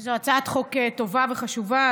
זאת הצעת חוק טובה וחשובה.